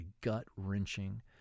gut-wrenching